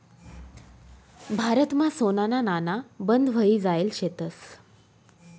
भारतमा सोनाना नाणा बंद व्हयी जायेल शेतंस